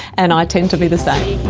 and i tend to be the same.